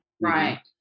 right